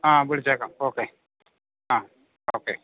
ആ വിളിച്ചേക്കാം ഓക്കേ ആ ഓക്കേ